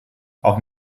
auch